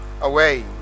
away